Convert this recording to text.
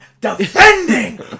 defending